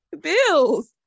bills